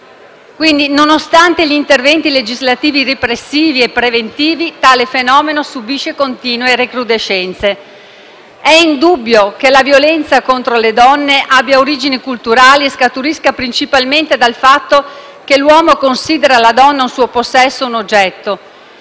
quindi gli interventi legislativi repressivi e preventivi, tale fenomeno subisce continue recrudescenze. È indubbio che la violenza contro le donne abbia origini culturali e scaturisca principalmente dal fatto che l'uomo consideri la donna un suo possesso o un oggetto.